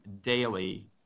daily